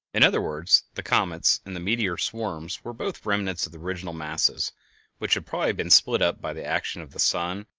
in other words the comets and the meteor-swarms were both remnants of original masses which had probably been split up by the action of the sun,